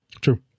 True